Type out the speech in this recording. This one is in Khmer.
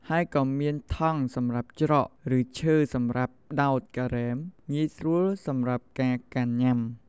ហើយក៏មាន ថង់សម្រាប់ច្រក ឬឈើសម្រាប់ដោតការ៉េមងាយស្រួលសម្រាប់ការកាន់ញុាំ។